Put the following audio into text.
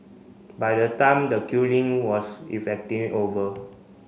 by the time the killing was effectively over